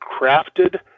crafted